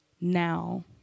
now